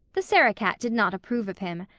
the sarah-cat did not approve of him.